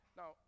Now